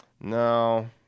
no